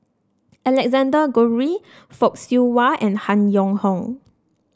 Alexander Guthrie Fock Siew Wah and Han Yong Hong